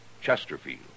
Chesterfield